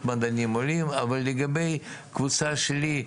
אבל לגבי הקבוצה שלי,